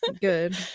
good